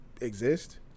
exist